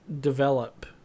develop